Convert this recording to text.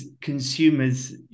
consumers